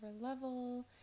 level